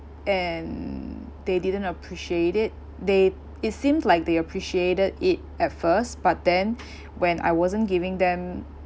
and they didn't appreciate it they it seems like they appreciated it at first but then when I wasn't giving them